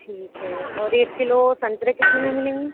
ٹھیک ہے اور ایک کلو سنترے کتنے میں ملیں گی